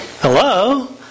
Hello